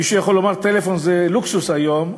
מישהו יכול לומר שטלפון זה לוקסוס היום,